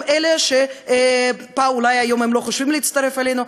אלה שאולי היום לא חושבים להצטרף אלינו,